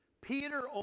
Peter